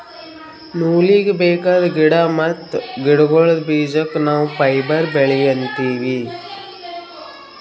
ನೂಲೀಗಿ ಬೇಕಾದ್ ಗಿಡಾ ಮತ್ತ್ ಗಿಡಗೋಳ್ದ ಬೀಜಕ್ಕ ನಾವ್ ಫೈಬರ್ ಬೆಳಿ ಅಂತೀವಿ